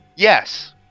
Yes